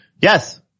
Yes